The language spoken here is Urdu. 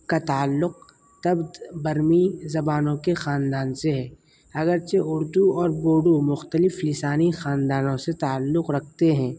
کا تعلق تبت برمی زبانوں کے خاندان سے ہے اگرچہ اردو اور بوڈو مختلف لسانی خاندانوں سے تعلق رکھتے ہیں